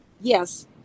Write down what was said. Yes